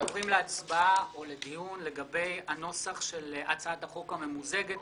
אנחנו עוברים לדיון לגבי הנוסח של הצעת החוק הממוזגת.